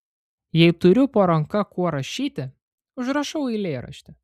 jei turiu po ranka kuo rašyti užrašau eilėraštį